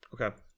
okay